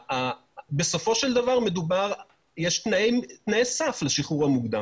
בסופו של דבר יש תנאי סף לשחרור המוקדם